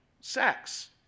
sex